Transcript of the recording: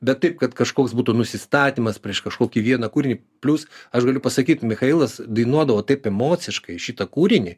bet taip kad kažkoks būtų nusistatymas prieš kažkokį vieną kūrinį plius aš galiu pasakyt michailas dainuodavo taip emociškai šitą kūrinį